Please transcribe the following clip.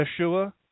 Yeshua